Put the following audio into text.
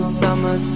summer